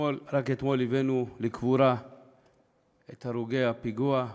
רק אתמול הבאנו לקבורה את הרוגי הפיגוע.